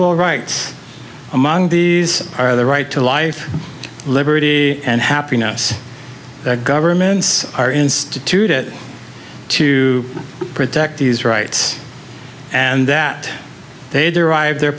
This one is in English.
ble rights among these are the right to life liberty and happiness that governments are instituted to protect these rights and that they derive their